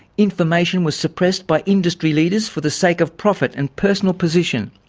information was suppressed by industry leaders for the sake of profit and personal position.